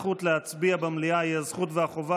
הזכות להצביע במליאה היא הזכות והחובה